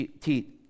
teeth